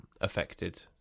affected